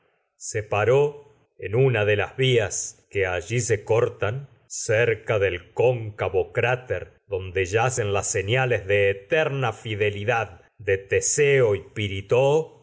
paró en una de las vías que las allí se cortan cerca del cóncavo cráter señales donde yacen y de eterna fidelidad de teseo piritoo y